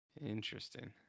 Interesting